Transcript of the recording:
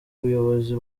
umuyobozi